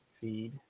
feed